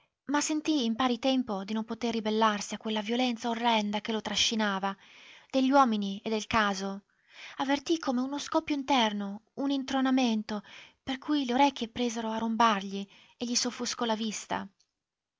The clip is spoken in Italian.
ma sentì in pari tempo di non poter ribellarsi a quella violenza orrenda che lo trascinava degli uomini e del caso avvertì come uno scoppio interno un intronamento per cui le orecchie presero a rombargli e gli s'offuscò la vista